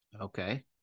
Okay